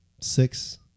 six